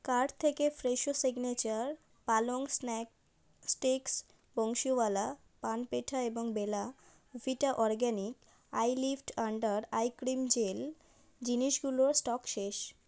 cart থেকে Fresho signature পালং snack sticks Bansiwala paan petha এবং Bella Vita organic eye lift under eye cream gel জিনিসগুলোর stock শেষ